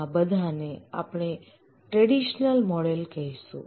આ બધાને આપણે ટ્રેડિશનલ મોડલ કહીશું